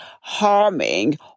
harming